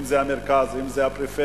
אם זה המרכז ואם זה הפריפריה.